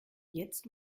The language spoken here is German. jetzt